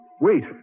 Wait